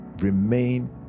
Remain